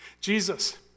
Jesus